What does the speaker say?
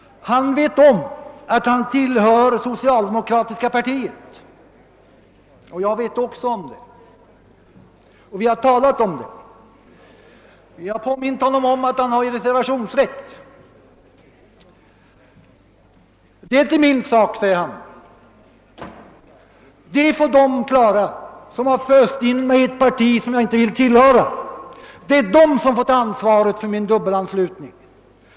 Han vet om att han tillhör socialdemokratiska partiet och jag vet också om det, och vi har talat om det. Jag har påmint honom om att han har reservationsrätt. Det är inte min sak, säger han. Det får de klara som har föst in mig i ett parti, som jag inte vill tillhöra. Det är de som får ta ansvaret för min dubbelanslutning.